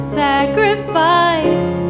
sacrifice